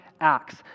acts